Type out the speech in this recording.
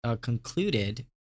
concluded